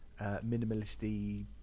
minimalisty